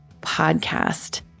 Podcast